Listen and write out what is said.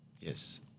Yes